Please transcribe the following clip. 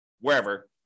wherever